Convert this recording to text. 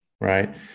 right